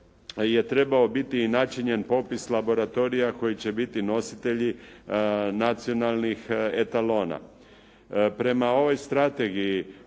trebao biti načinjen i popis laboratorija koji će biti nositelji nacionalnih etalona. Prema ovoj strategiji